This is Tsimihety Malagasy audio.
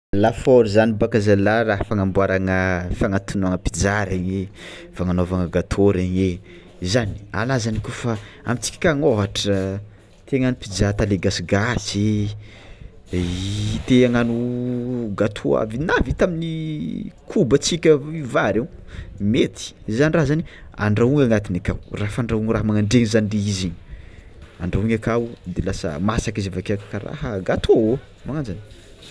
Lafaoro zany bôka zala raha fagnamboaragna fagnatonoagana pizza regny fagnanovanagna gateau regny e zany, ana zany kofa amitsika any ôhatra tegna pizza ata le gasigasy i tehagnano gateau aby na vita amin'ny kobatsika amin'ny vary io mety zany raha zany handrahoa agnatiny aka, raha fandrahoa raha magnandregny zany izy igny, andrahoigny akao de lasa masaka izy avekeo kara gateau magnanjany.